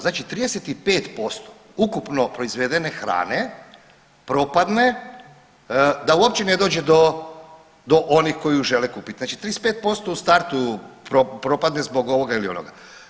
Znači 35% ukupno proizvedene hrane propadne da uopće ne dođe do, do onih koji ju žele kupit, znači 35% u startu propadne zbog ovoga ili onoga.